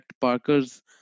Parker's